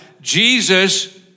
Jesus